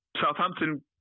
Southampton